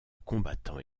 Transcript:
combattants